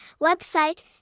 Website